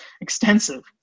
extensive